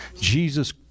Jesus